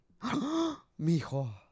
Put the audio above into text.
Mijo